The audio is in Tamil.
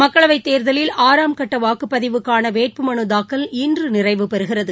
மக்களவைத் தேர்தலில் ஆறாம் கட்ட வாக்குப்பதிவுக்கான வேட்புமனு தாக்கல் இன்று நிறைவுபெறுகிறது